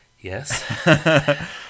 yes